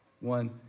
one